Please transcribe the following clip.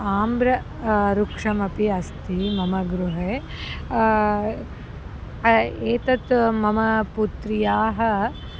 आम्रवृक्षोपि अस्ति मम गृहे एतत् मम पुत्र्याः